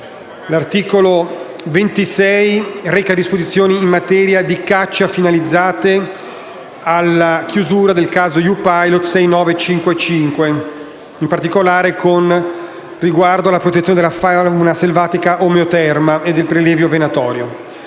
L'articolo 26 reca disposizioni in materia di caccia, finalizzate alla chiusura di una parte del caso EU Pilot 6955, in particolare con riguardo alla protezione della fauna selvatica omeoterma e per il prelievo venatorio.